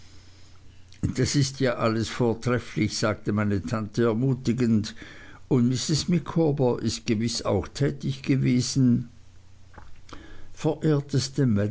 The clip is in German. das ist ja alles vortrefflich sagte meine tante ermutigend und mrs micawber ist gewiß auch tätig gewesen